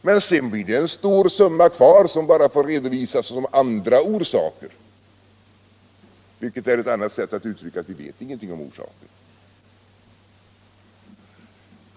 Men sedan blir det ett stort antal kvar som bara får redovisas som ”andra orsaker”, vilket är ett annat sätt att uttrycka att vi ingenting vet om orsakerna.